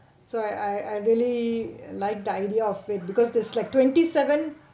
so I I I really like the idea of it because there's like twenty seven